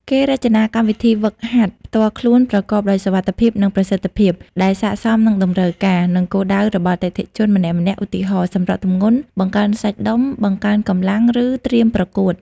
គេរចនាកម្មវិធីហ្វឹកហាត់ផ្ទាល់ខ្លួនប្រកបដោយសុវត្ថិភាព និងប្រសិទ្ធភាព ដែលស័ក្តិសមនឹងតម្រូវការ និងគោលដៅរបស់អតិថិជនម្នាក់ៗ ឧទាហរណ៍៖ សម្រកទម្ងន់ បង្កើនសាច់ដុំ បង្កើនកម្លាំង ឬត្រៀមប្រកួត។